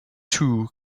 two